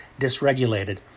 dysregulated